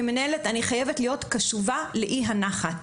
כמנהלת, אני חייבת להיות קשובה לאי הנחת.